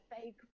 fake